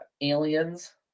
aliens